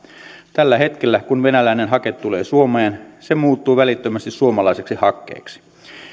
tällä hetkellä kun venäläinen hake tulee suomeen se muuttuu välittömästi suomalaiseksi hakkeeksi